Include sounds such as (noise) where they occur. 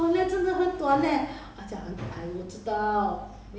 (coughs) then